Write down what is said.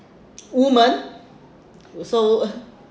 woman so